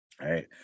Right